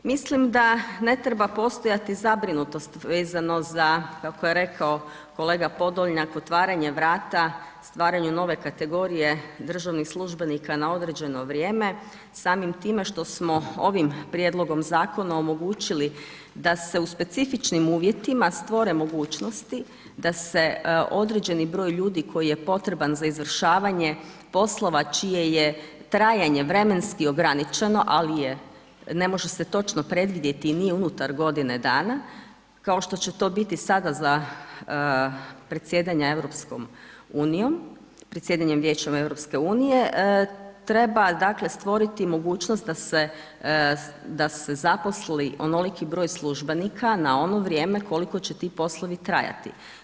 Mislim da ne treba postojati zabrinutost vezano za kako je rekao kolega Podolnjak, otvaranje vrata, stvaranju nove kategorije državnih službenika na određeno vrijeme samim time što smo ovim prijedlogom zakona omogućili da se u specifičnim uvjetima stvore mogućnosti da se određeni broj ljudi, koji je potreban za izvršavanje poslova, čije je trajanje vremenski ograničeno, ali je, ne može se točno predvidjeti i nije unutar godine dana, kao što će to biti sada za predsjedanjem vijećem EU, treba dakle, stvoriti mogućnost da se zaposli onoliki broj službenika na ono vrijeme koliko će ti poslovi trajati.